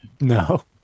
No